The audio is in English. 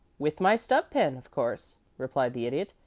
with my stub pen, of course, replied the idiot.